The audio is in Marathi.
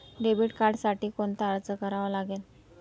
डेबिट कार्डसाठी कोणता अर्ज करावा लागेल?